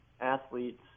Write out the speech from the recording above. athletes